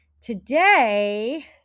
Today